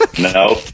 No